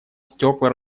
стекла